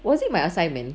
was it my assignment